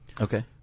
Okay